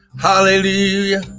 Hallelujah